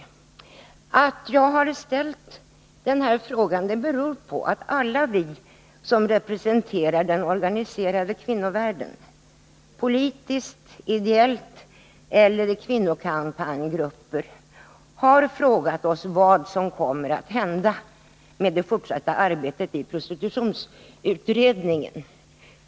Anledningen till att jag har ställt den här frågan är att alla vi som politiskt, ideellt eller i kvinnokampanjgrupper representerar den organiserade kvinnovärlden har frågat oss vad som kommer att hända med det fortsatta arbetet iprostitutionsutredningen.